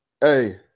Hey